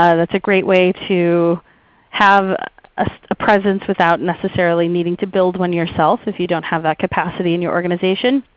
ah it's a great way to have a presence without necessarily needing to build one yourself if you don't have that capacity in your organization.